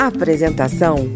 Apresentação